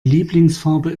lieblingsfarbe